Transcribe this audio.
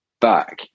back